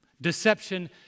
Deception